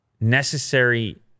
necessary